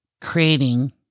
creating